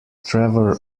trevor